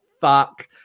fuck